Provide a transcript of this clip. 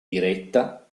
diretta